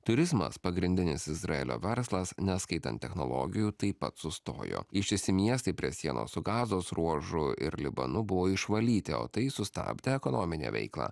turizmas pagrindinis izraelio verslas neskaitant technologijų taip pat sustojo ištisi miestai prie sienos su gazos ruožu ir libanu buvo išvalyti o tai sustabdė ekonominę veiklą